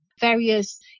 various